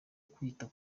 kwita